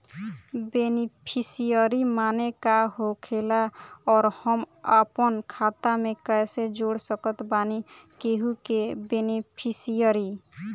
Beneficiary माने का होखेला और हम आपन खाता मे कैसे जोड़ सकत बानी केहु के बेनीफिसियरी?